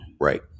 Right